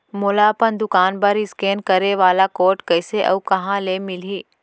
मोला अपन दुकान बर इसकेन करे वाले कोड कइसे अऊ कहाँ ले मिलही?